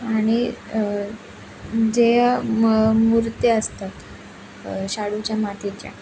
आणि जे म मूर्त्या असतात शाडूच्या मातीच्या